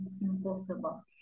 impossible